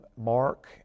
Mark